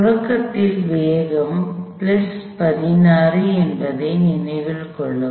தொடக்கத்தில் வேகம் 16 என்பதை நினைவில் கொள்ளவும்